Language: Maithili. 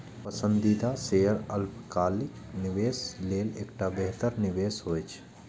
पसंदीदा शेयर अल्पकालिक निवेशक लेल एकटा बेहतर निवेश होइ छै